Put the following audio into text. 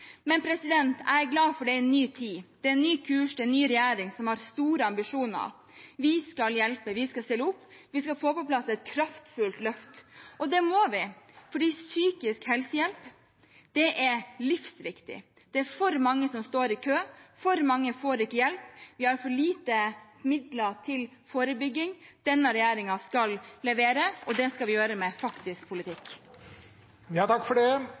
men jeg er glad for at det er en ny tid, at det er en ny kurs, en ny regjering som har store ambisjoner. Vi skal hjelpe, vi skal stille opp, vi skal få på plass et kraftfullt løft, og det må vi, fordi psykisk helsehjelp er livsviktig. Det er for mange som står i kø, for mange får ikke hjelp, og vi har for lite midler til forebygging. Denne regjeringen skal levere, og det skal vi gjøre med faktisk